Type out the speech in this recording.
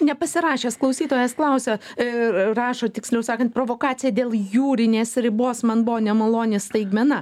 nepasirašęs klausytojas klausia r rašo tiksliau sakant provokacija dėl jūrinės ribos man buvo nemaloni staigmena